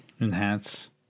Enhance